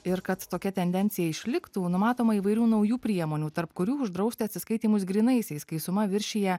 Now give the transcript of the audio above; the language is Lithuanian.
ir kad tokia tendencija išliktų numatoma įvairių naujų priemonių tarp kurių uždrausti atsiskaitymus grynaisiais kai suma viršija